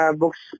books